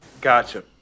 Gotcha